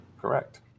correct